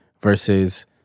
versus